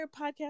podcast